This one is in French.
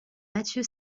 mathieu